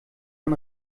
man